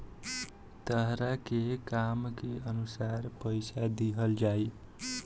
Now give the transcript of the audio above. तहरा के काम के अनुसार पइसा दिहल जाइ